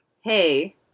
hey